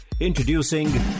Introducing